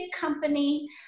company